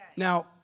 Now